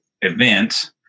event